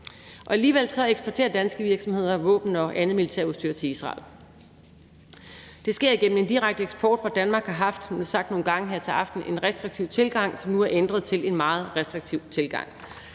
Alligevel eksporterer danske virksomheder våben og andet militært udstyr til Israel. Det sker igennem direkte eksport, hvor Danmark har haft, som det er sagt nogle gange her til aften, en »restriktiv tilgang«,